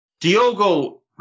Diogo